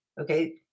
okay